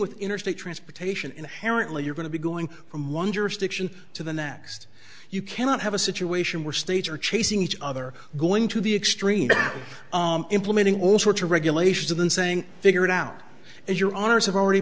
with interstate transportation inherently you're going to be going from one jurisdiction to the next you cannot have a situation where states are chasing each other going to the extreme to implementing all sorts of regulations or than saying figure it out as your honour's have already